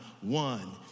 one